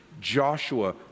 Joshua